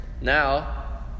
Now